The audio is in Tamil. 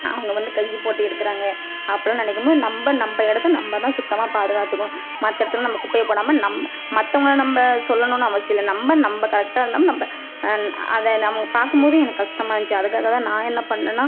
அவங்க வந்து கையை போட்டு எடுக்கிறாங்க அப்படிலாம் நினைக்கும்போது நம்ம நம்ம எடுத்த நம்மதான் சுத்தமாக பாதுகாத்துகணும் மற்ற இடத்துல நம்ம குப்பைய போடாமல் நம்ம மத்தவங்களை நம்ம சொல்லணும்னு அவசியம் இல்லை நம்ம நம்ம கரெக்டாக இருந்தால் நம்ம அதை நம்ம பார்க்கும்போது எனக்கு கஷ்டமா இருந்துச்சு அதுக்காக தான் நான் என்ன பண்ணனா